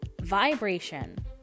vibration